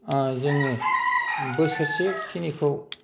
जोङो बोसोरसे खिनिखौ